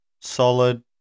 solid